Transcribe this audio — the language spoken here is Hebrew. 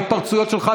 בהתפרצויות שלך,